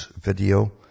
video